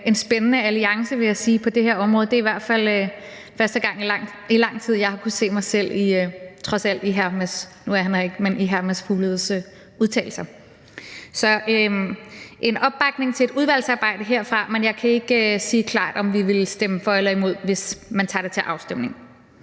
en spændende alliance, vil jeg sige, på det her område. Det er i hvert fald første gang i lang tid, at jeg har kunnet se mig selv – trods alt – i hr. Mads Fugledes udtalelser. Så det er en opbakning til et udvalgsarbejde herfra, men jeg kan ikke sige klart, om vi vil stemme for eller imod, hvis man tager det til afstemning.